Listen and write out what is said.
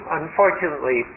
unfortunately